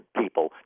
people